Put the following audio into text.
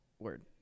word